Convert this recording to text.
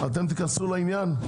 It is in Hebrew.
אתם תיכנסו לעניין?